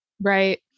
Right